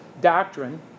doctrine